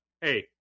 hey